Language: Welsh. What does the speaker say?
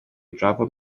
drafod